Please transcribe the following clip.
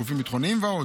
בגופים ביטחוניים ועוד.